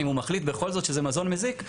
אם הוא מחליט בכל זאת שזה מזון מזיק,